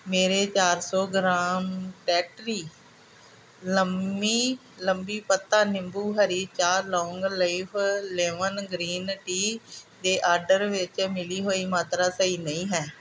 ਮੇਰੇ ਚਾਰ ਸੌ ਗ੍ਰਾਮ ਟੈਟਲੀ ਲੰਮੀ ਲੰਬੀ ਪੱਤਾ ਨਿੰਬੂ ਹਰੀ ਚਾਹ long leaf lemon green tea ਦੇ ਆਰਡਰ ਵਿੱਚ ਮਿਲੀ ਹੋਈ ਮਾਤਰਾ ਸਹੀ ਨਹੀਂ ਹੈ